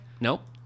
Nope